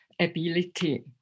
ability